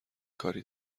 کاری